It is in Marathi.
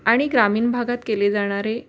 आणि ग्रामीण भागात केले जाणारे